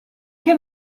che